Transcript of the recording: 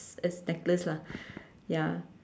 it's necklace lah ya